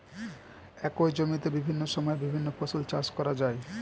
একই জমিতে বিভিন্ন সময়ে বিভিন্ন ফসল চাষ করা যায়